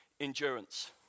Endurance